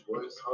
voice